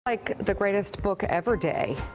like the greatest book ever day.